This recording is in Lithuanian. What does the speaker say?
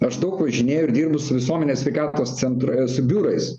aš daug važinėju ir dirbu su visuomenės sveikatos centr su biurais